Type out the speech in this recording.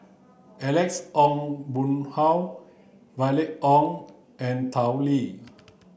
Alex Ong Boon Hau Violet Oon and Tao Li